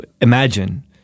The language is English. imagine